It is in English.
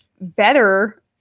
better